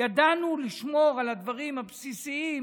ידענו לשמור על הדברים הבסיסיים,